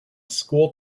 school